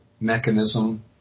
mechanism